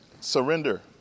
Surrender